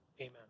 Amen